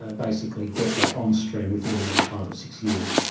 ah basically get that on-stream within the next five or six years,